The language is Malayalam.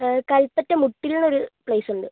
കൽപ്പറ്റ മുട്ടിൽ ഒര് പ്ലേസ് ഉണ്ട്